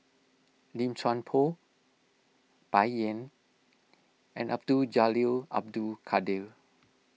Lim Chuan Poh Bai Yan and Abdul Jalil Abdul Kadir